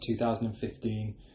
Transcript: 2015